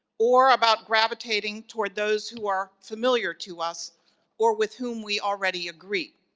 or about gravitating toward those who are familiar to us or with whom we already agree.